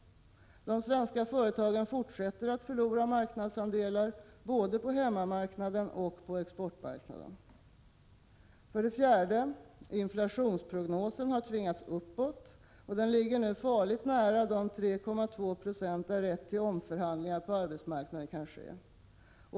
De svenska företagen fortsätter att förlora marknadsandelar både på hemmamarknaden och på exportmarknaderna. För det fjärde: Inflationsprognosen har tvingats uppåt, och den ligger nu farligt nära de 3,2 920 där rätt till omförhandlingar på arbetsmarknaden uppkommer.